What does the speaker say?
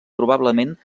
probablement